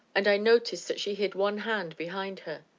and i noticed that she hid one hand behind her.